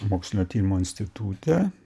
mokslinio tyrimo institute